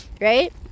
right